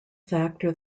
factor